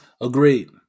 Agreed